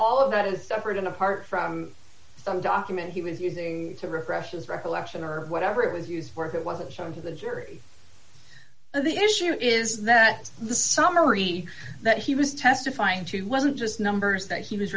all of that is separate and apart from some document he was using to regressions recollection or whatever it was used for that wasn't shown to the jury the issue here is that the summary that he was testifying to wasn't just numbers that he was